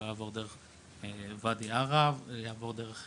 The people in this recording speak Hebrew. שלא יעבור דרך ואדי ערה ויעבור דרך